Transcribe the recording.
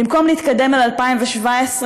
במקום להתקדם ל-2017,